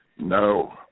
no